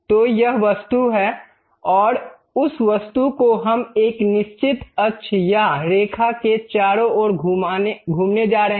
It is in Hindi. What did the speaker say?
तो यह वस्तु है और उस वस्तु को हम एक निश्चित अक्ष या रेखा के चारों ओर घूमने जा रहे हैं